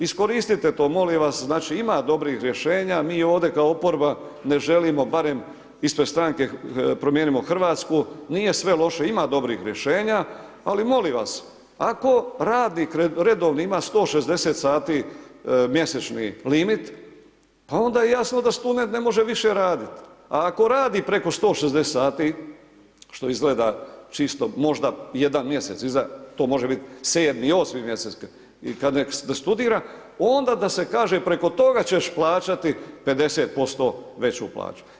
Iskoristite to molim vas, znači ima dobrih rješenja mi ovdje kao oporba ne želimo barem ispred stranke Promijenimo Hrvatsku nije sve loše ima dobrih rješenja, ali molim vas ako radnik redovno ima 160 sati mjesečni limit, onda je jasno da se tu ne može više radit, a ako radi preko 160 sati što izgleda čisto, možda jedan mjesec iza, to može biti 7., 8. mjesec, kada se ne studira, onda da se kaže preko toga ćeš plaćati 50% veću plaću.